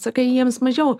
sakai jiems mažiau